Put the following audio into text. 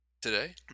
Today